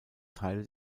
teile